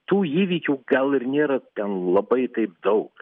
tų įvykių gal ir nėra ten labai taip daug